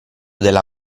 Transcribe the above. della